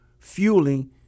fueling